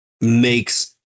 makes